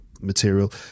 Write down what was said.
material